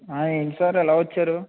ఏంటి సార్ ఇలా వచ్చారు